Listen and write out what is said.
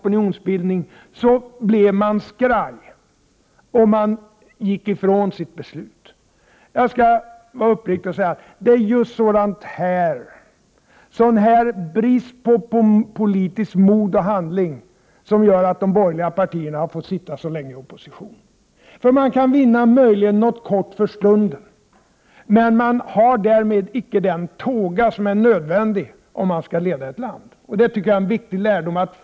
1988/89:59 opinionsbildning blev de skraja och gick ifrån sitt beslut. Uppriktigt sagt: Just 1 februari 1989 denna brist på politiskt mod och handling gör att de borgerliga partierna har fått sitta så länge i opposition. Möjligen kan man vinna något för stunden med ett sådant handlande, men de borgerliga partierna har inte den tåga som är nödvändig om de skall leda ett land. Det är en viktig lärdom.